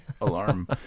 alarm